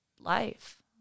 life